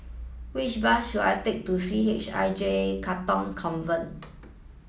which bus should I take to C H I J Katong Convent